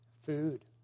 food